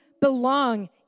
belong